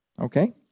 Okay